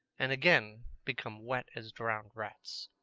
and again become wet as drowned rats.